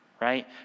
right